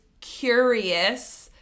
curious